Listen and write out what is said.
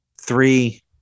three